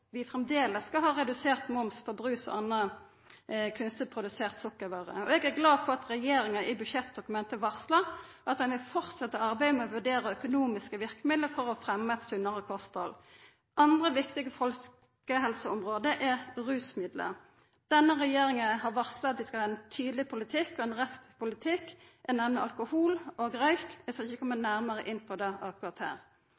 vi framleis skal ha redusert moms på brus og andre kunstig produserte sukkervarer. Eg er glad for at regjeringa i budsjettdokumentet varslar at ein vil fortsetta arbeidet med å vurdera økonomiske verkemiddel for å fremja eit sunnare kosthald. Eit anna viktig folkehelseområde handlar om rusmiddel. Denne regjeringa har varsla at ho skal ha ein tydeleg og restriktiv politikk når det gjeld alkohol og røyk. Eg skal ikkje